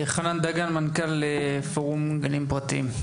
חנן דגן, מנכ"ל פורום הגנים הפרטיים.